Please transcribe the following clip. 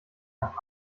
nach